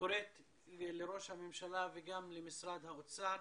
קוראת לראש הממשלה וגם למשרד האוצר